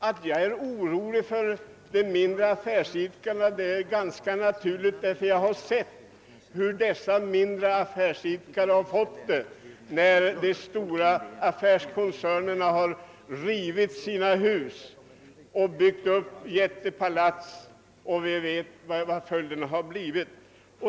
Att jag är orolig för de mindre affärsidkarna är ganska naturligt, eftersom jag sett huru de fått det, när de stora försäkringskoncernerna rivit sina hus och byggt jättepalats. Vi vet vad följden härav blivit.